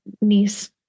niece